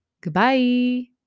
Goodbye